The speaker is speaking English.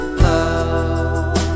love